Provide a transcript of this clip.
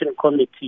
Committee